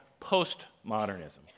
postmodernism